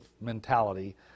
mentality